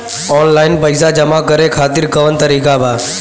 Online पइसा जमा करे खातिर कवन तरीका बा?